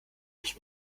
ich